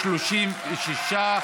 36,